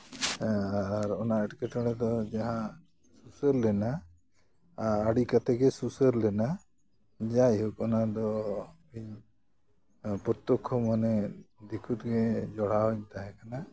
ᱟᱨ ᱚᱱᱟ ᱮᱴᱠᱮᱴᱚᱬᱮ ᱫᱚ ᱡᱟᱦᱟᱸ ᱥᱩᱥᱟᱹᱨ ᱞᱮᱱᱟ ᱟᱨ ᱟᱹᱰᱤ ᱠᱟᱛᱮ ᱜᱮ ᱥᱩᱥᱟᱹᱨ ᱞᱮᱱᱟ ᱡᱟᱭᱦᱳᱠ ᱚᱱᱟ ᱫᱚ ᱤᱧ ᱯᱨᱚᱛᱚᱛᱛᱷᱚ ᱢᱚᱱᱮ ᱫᱤᱠᱷᱩᱛᱛ ᱜᱮ ᱡᱚᱲᱟᱣᱤᱧ ᱛᱟᱦᱮᱸᱠᱟᱱᱟ